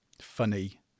Funny